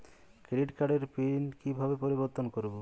Credit কার্ডের PIN কিভাবে পরিবর্তন করবো?